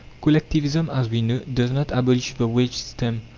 collectivism, as we know, does not abolish the wage system,